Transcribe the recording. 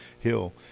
Hill